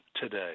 today